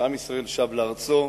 שעם ישראל שב לארצו,